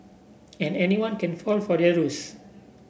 and anyone can fall for their ruse